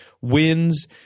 wins